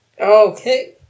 Okay